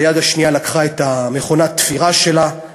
וביד השנייה לקחה את מכונת התפירה שלה,